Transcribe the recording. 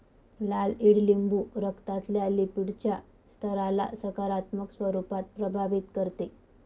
लाल ईडलिंबू रक्तातल्या लिपीडच्या स्तराला सकारात्मक स्वरूपात प्रभावित करते